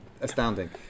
astounding